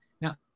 now